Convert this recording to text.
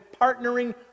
partnering